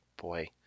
Boy